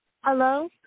Hello